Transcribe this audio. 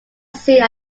seen